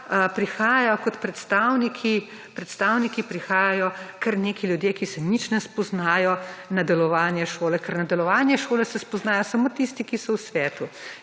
prihajajo kot predstavniki, predstavniki, prihajajo kar neki ljudje, ki se nič ne spoznajo na delovanje šole, ker na delovanje šole se spoznajo samo tisti, ki so v svetu.